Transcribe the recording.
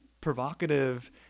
provocative